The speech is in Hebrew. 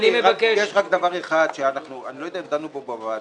יש רק דבר אחד שאני לא יודע אם דנו בו בוועדה,